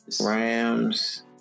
Rams